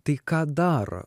tai ką dar